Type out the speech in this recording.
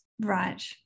right